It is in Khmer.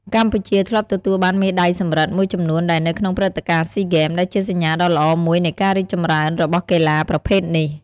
កម្ពុជាធ្លាប់ទទួលបានមេដាយសំរឹទ្ធមួយចំនួនដែរនៅក្នុងព្រឹត្តិការណ៍ស៊ីហ្គេម ដែលជាសញ្ញាដ៏ល្អមួយនៃការរីកចម្រើនរបស់កីឡាប្រភេទនេះ។